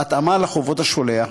בהתאמה לחובות השולח,